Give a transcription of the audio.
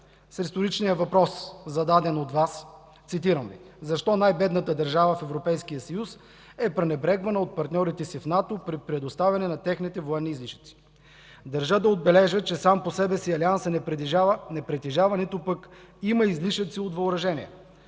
риторичния въпрос, зададен от Вас: „Защо най-бедната държава в Европейския съюз е пренебрегвана от партньорите си в НАТО при предоставяне на техните военни излишъци?” Държа да отбележа, че сам по себе си Алиансът не притежава, нито пък има излишъци от въоръжения.